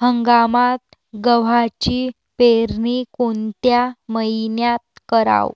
हंगामात गव्हाची पेरनी कोनत्या मईन्यात कराव?